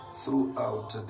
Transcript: throughout